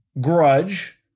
grudge